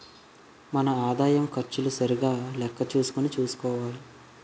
మన ఆదాయం ఖర్చులు సరిగా లెక్క చూసుకుని చూసుకోవాలి